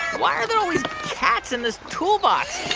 why are there always cats in this toolbox?